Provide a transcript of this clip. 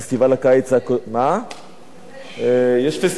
יש פסטיבל,